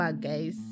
guys